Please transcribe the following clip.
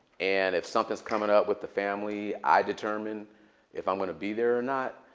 and if something's coming up with the family, i determine if i'm going to be there or not.